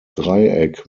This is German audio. dreieck